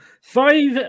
Five